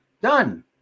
Done